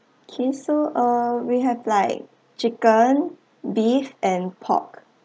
okay so uh we have like chicken beef and pork